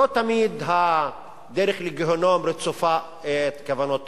לא תמיד הדרך לגיהינום רצופה כוונות טובות,